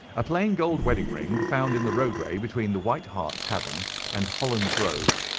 a plain gold wedding ring, found in the roadway between the white hart tavern and holland grove.